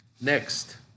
Next